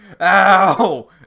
Ow